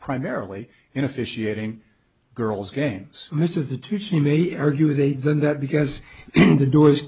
primarily in officiating girls games much of the too she may argue they than that because the door